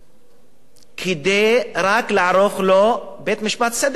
כדי רק לערוך לו בית-משפט שדה, למר אדר כהן.